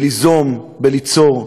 ליזום וליצור.